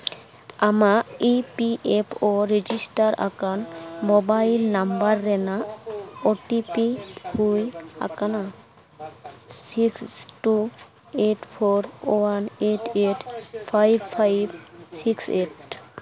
ᱟᱢᱟᱜ E P F O register ᱟᱠᱟᱱ mobile number ᱨᱮᱱᱟᱜ ᱳᱴᱤᱯᱤ ᱦᱩᱭ ᱟᱠᱟᱱᱟ six two eight four one eight eight five five six eight